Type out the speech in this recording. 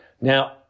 Now